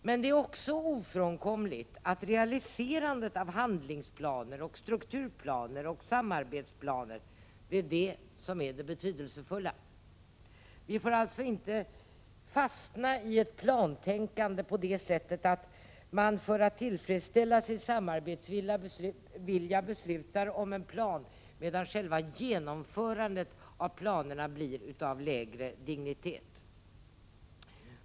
Men det är också ofrånkomligt att realiserandet av handlingsplaner, strukturplaner och samarbetsplaner är det betydelsefulla. Vi får alltså inte fastna i ett plantänkande på det sättet att man för att tillfredsställa sin samarbetsvilja beslutar om en plan, medan själva genomförandet av de olika planerna blir av lägre dignitet.